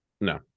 No